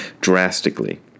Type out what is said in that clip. drastically